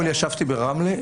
אתמול ישבתי ברמלה,